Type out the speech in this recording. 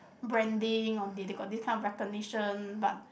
branding or they they got this kind of recognition but